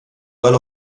earl